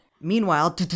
Meanwhile